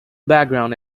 background